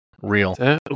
Real